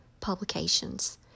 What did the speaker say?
publications